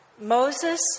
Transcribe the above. Moses